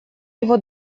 его